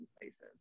places